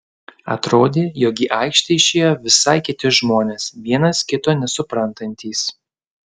atrodė jog į aikštę išėjo visai kiti žmonės vienas kito nesuprantantys